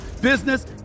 business